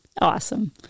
awesome